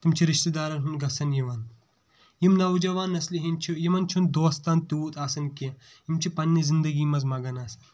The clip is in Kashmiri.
تِم چھِ رِشتدارَن ہُنٛد گژھان یِوان یِم نوجوان نسلہِ ہٕنٛد چھِ یِمن چھُ نہٕ دوستان تیوٗت آسان کیٚنٛہہ یِم چھِ پَنٕنہِ زنٛدگی منٛز مگن آسان